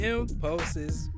Impulses